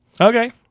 Okay